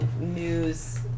news